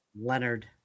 Leonard